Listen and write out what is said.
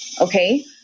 Okay